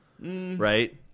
Right